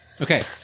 Okay